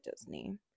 Disney